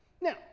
now